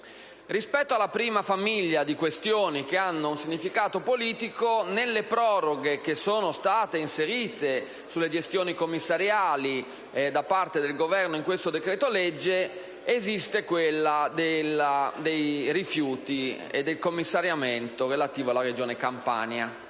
Rispetto alla prima famiglia di questioni che hanno un significato politico, nelle proroghe che sono state inserite sulle gestioni commissariali da parte del Governo in questo decreto-legge esiste quella dei rifiuti e del commissariamento relativo alla Regione Campania.